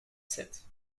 sept